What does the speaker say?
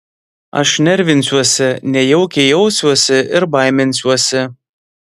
aš nervinsiuosi nejaukiai jausiuosi ir baiminsiuosi